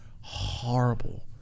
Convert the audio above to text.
Horrible